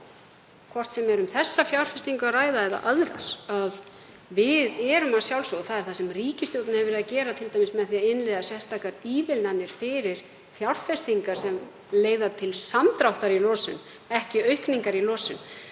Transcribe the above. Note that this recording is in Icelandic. hvort sem er um þessa fjárfestingu að ræða eða aðrar, þá erum við að sjálfsögðu, og það er það sem ríkisstjórnin hefur verið að gera, t.d. með því að innleiða sérstakar ívilnanir fyrir fjárfestingar sem leiða til samdráttar í losun, ekki aukningar í losun,